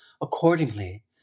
Accordingly